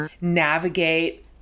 navigate